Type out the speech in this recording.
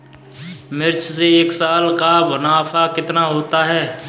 मिर्च से एक साल का मुनाफा कितना होता है?